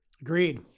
Agreed